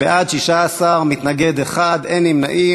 בעד, 16, מתנגד אחד, אין נמנעים.